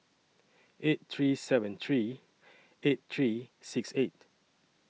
eight three seven three eight three six eight